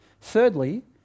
Thirdly